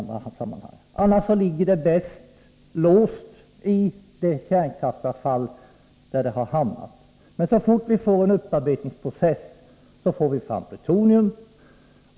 Det ligger alltså bäst låst i det kärnkraftsavfall som det har hamnat i. Så fort vi får en upparbetningsprocess, så får vi fram plutonium.